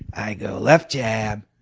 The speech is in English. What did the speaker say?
i go left jab,